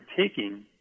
taking